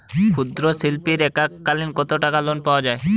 ক্ষুদ্রশিল্পের এককালিন কতটাকা লোন পাওয়া য়ায়?